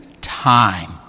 time